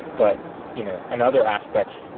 but you know another aspect,